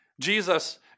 Jesus